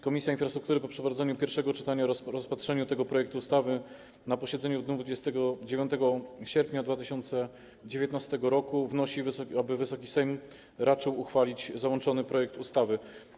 Komisja Infrastruktury, po przeprowadzeniu pierwszego czytania oraz rozpatrzeniu tego projektu ustawy na posiedzeniu w dniu 29 sierpnia 2019 r., wnosi, aby Wysoki Sejm raczył uchwalić załączony projekt ustawy.